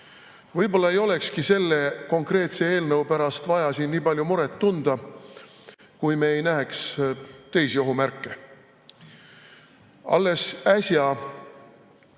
Võib-olla ei olekski selle eelnõu pärast vaja siin nii palju muret tunda, kui me ei näeks teisi ohumärke. Alles äsja